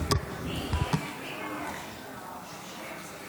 (קורא בשמות חברי הכנסת)